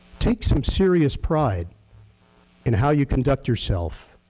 take some serious pride in how you conduct yourself